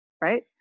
right